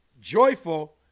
joyful